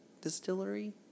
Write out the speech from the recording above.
Distillery